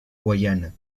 guaiana